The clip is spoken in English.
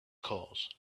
cause